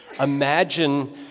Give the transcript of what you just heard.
Imagine